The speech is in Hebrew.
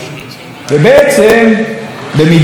ובעצם במידה רבה,